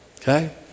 Okay